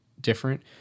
different